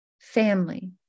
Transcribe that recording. family